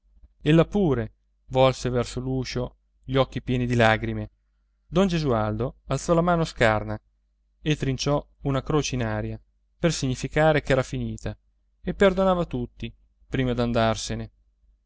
affannato ella pure volse verso l'uscio gli occhi pieni di lagrime don gesualdo alzò la mano scarna e trinciò una croce in aria per significare ch'era finita e perdonava a tutti prima d'andarsene